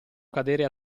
cadere